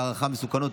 והערכת מסוכנות,